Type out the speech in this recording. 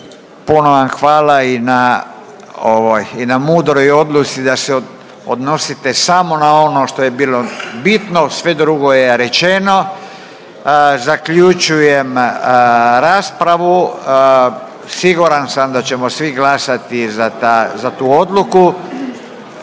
i na ovoj, i na mudroj odluci da se odnosite samo na ono što je bilo bitno, sve drugo je rečeno. Zaključujem raspravu. Siguran sam da ćemo svi glasati za ta, za tu